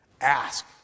Ask